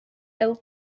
ill